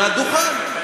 לדוכן.